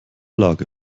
lage